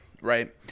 right